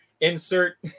insert